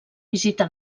visita